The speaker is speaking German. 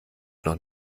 noch